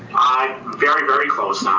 very, very close ah